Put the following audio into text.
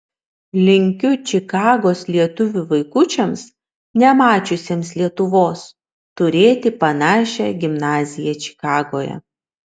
linkiu čikagos lietuvių vaikučiams nemačiusiems lietuvos turėti panašią gimnaziją čikagoje